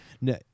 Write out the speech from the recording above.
No